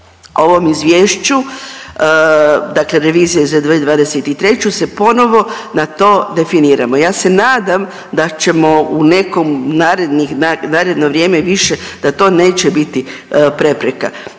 ovom izvješću, dakle revizija za 2023. se ponovo na to definiramo. Ja se nadam da ćemo u nekom narednih, naredno vrijeme više da to neće biti prepreka